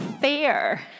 fair